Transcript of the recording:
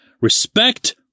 Respect